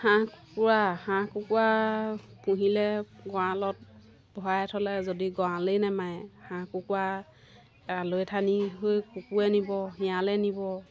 হাঁহ কুকুৰা হাঁহ কুকুৰা পুহিলে গঁড়ালত ভৰাই থলে যদি গঁড়ালেই নেমাৰে হাঁহ কুকুৰা আলৈ আথানি হৈ কুকুৰে নিব শিয়ালে নিব